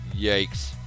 Yikes